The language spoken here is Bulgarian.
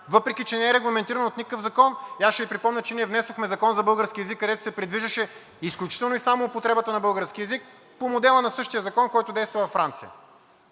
въпреки че не е регламентирано от никакъв закон. Ще Ви припомня, че ние внесохме Закон за българския език, където се предвиждаше изключително и само употребата на българския език по модела на същия закон, който действа във Франция.